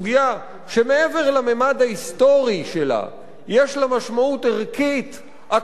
שמעבר לממד ההיסטורי שלה יש לה משמעות ערכית אקטואלית,